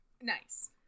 Nice